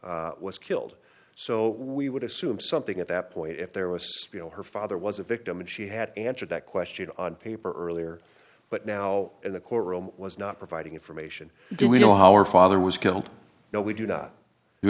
father was killed so we would assume something at that point if there was you know her father was a victim and she had answered that question on paper earlier but now in the courtroom was not providing information do we know how our father was killed no we do